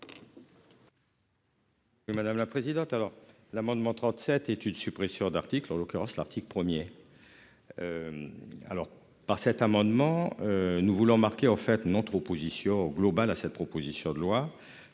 madame la présidente. Alors l'amendement 37 études suppressions d'articles en l'occurrence l'article premier. Alors par cet amendement. Nous voulons marquer au fait notre opposition global à cette proposition de loi